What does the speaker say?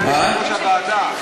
אדוני יושב-ראש הוועדה.